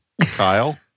Kyle